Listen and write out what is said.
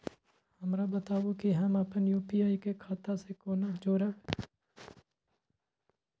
हमरा बताबु की हम आपन यू.पी.आई के खाता से कोना जोरबै?